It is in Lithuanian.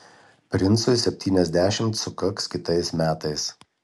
princui septyniasdešimt sukaks kitais metais